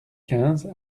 quinze